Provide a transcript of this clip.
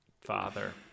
Father